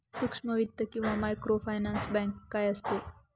सूक्ष्म वित्त किंवा मायक्रोफायनान्स बँक काय असते?